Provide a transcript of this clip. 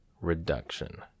reduction